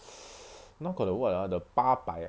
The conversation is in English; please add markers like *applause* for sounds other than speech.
*noise* now got the [what] ah the 八百